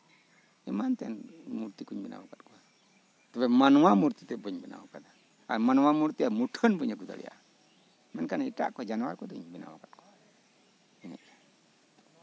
ᱮᱢᱟᱱ ᱛᱮᱱ ᱢᱩᱨᱛᱤ ᱠᱩᱧ ᱵᱮᱱᱟᱣ ᱟᱠᱟᱫ ᱠᱚᱣᱟ ᱛᱚᱵᱮ ᱢᱟᱱᱣᱟ ᱢᱩᱨᱛᱤ ᱛᱮᱫ ᱵᱟᱹᱧ ᱵᱮᱱᱟᱣ ᱟᱠᱟᱫᱟ ᱟᱨ ᱢᱟᱱᱣᱟ ᱢᱩᱨᱛᱤ ᱨᱮᱭᱟᱜ ᱢᱩᱴᱷᱟᱹᱱ ᱵᱟᱹᱧ ᱟᱹᱜᱩ ᱫᱟᱲᱮ ᱠᱟᱣᱫᱟ ᱢᱮᱱᱠᱷᱟᱱ ᱮᱴᱟᱜ ᱠᱚ ᱡᱟᱱᱣᱟᱨ ᱠᱚᱫᱚᱧ ᱵᱮᱱᱟᱣ ᱟᱠᱟᱫ ᱠᱚᱣᱟ